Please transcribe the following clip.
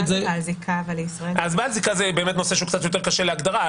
בעל זיקה זה נושא שהוא יותר קשה להגדרה,